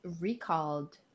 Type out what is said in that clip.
recalled